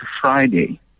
Friday